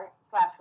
slash